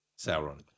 Sauron